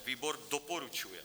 Výbor doporučuje.